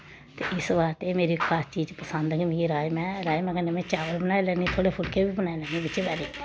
ते इस बास्तै मेरी खास चीज़ पसंद गै मिगी राजमा ऐ राजमा कन्नै में चावल बनाई लैन्नी आं थोह्ड़े फुल्के बी बनाई लैन्नी आं बिच्चें बारें